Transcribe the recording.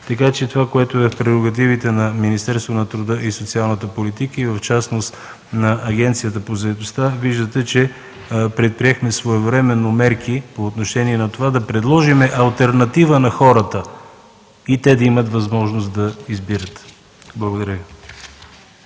Така че това, което е в прерогативите на Министерството на труда и социалната политика и в частност на Агенцията по заетостта – виждате, че предприехме своевременно мерки, за да предложим алтернатива на хората и те да имат възможност да избират. Благодаря.